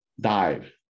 died